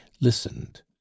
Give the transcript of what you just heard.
listened